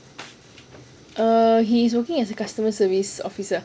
err he is working as a customer service officer